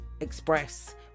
express